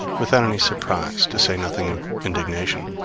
without any surprise, to say nothing of indignation